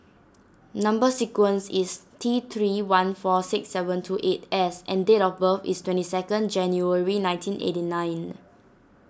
Number Sequence is T three one four six seven two eight S and date of birth is twenty second January nineteen eighty nine